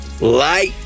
Light